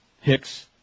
hicks